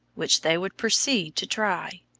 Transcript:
which they would proceed to try.